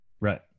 Right